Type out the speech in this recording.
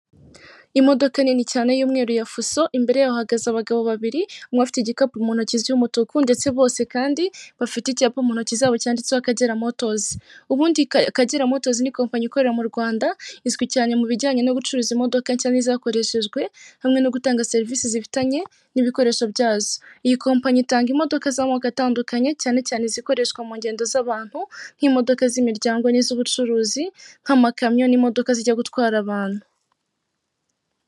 Imodoka nini cyane y'umweru ya fuso imbere yaho hahagaze abagabo babiri, umwe afite igikapu mu ntoki cy'umutuku ndetse bose kandi bafite ikipa mu ntoki zabo cyanditseho Akagera motozi. Ubundi Akagera motozi ni kompanyi ikorera mu Rwanda izwi cyane mu bijyanye no gucuruza imodoka nshya n'izakoreshejwe, hamwe no gutanga serivisi zifitanye n'ibikoresho byazo. Iyi kompanyi itanga imodoka z'amoko atandukanye cyane cyane zikoreshwa mu ngendo z'abantu, nk'imodoka z'imiryango n'iz'ubucuruzi nk'amakamyo n'imodoka zijya gutwara abantu.